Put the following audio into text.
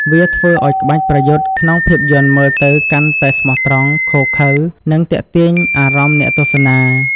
វាធ្វើឲ្យក្បាច់ប្រយុទ្ធក្នុងភាពយន្តមើលទៅកាន់តែស្មោះត្រង់ ឃោរឃៅ និងទាក់ទាញអារម្មណ៍អ្នកទស្សនា។